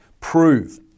prove